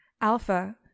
Alpha